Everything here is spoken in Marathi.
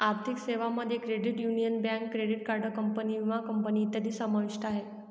आर्थिक सेवांमध्ये credit union, bank, credit card company, विमा कंपनी इत्यादी समाविष्ट आहे